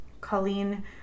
Colleen